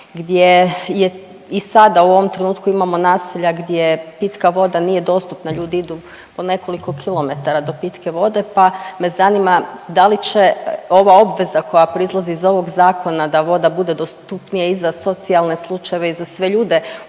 je i sada u ovom trenutku imamo naselja gdje pitka voda nije dostupna, ljudi idu po nekoliko kilometara do pitke vode pa me zanima, da li će ova obveza koja proizlazi iz ovog Zakona da voda bude dostupnija i za socijalne slučajeve i za sve ljude